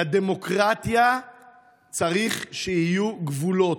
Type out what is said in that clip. לדמוקרטיה צריך שיהיו גבולות.